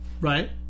right